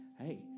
hey